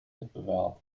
wettbewerb